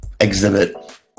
Exhibit